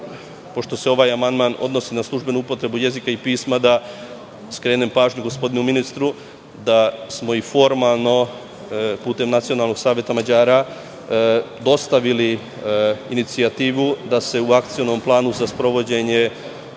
pošto se ovaj amandman odnosi na službenu upotrebu jezika i pisma da skrenem pažnju gospodinu ministru da smo i formalno, putem Nacionalnog saveta Mađara, dostavili inicijativu da se u Akcionom planu za sprovođenje